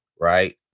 right